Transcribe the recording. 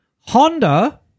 Honda